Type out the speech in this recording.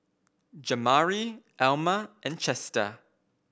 Jamari Elma and Chester